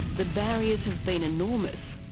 the barriers have been enormous,